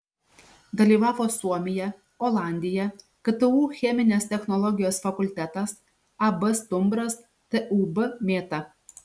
dalyvavo suomija olandija ktu cheminės technologijos fakultetas ab stumbras tūb mėta